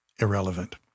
irrelevant